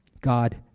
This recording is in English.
God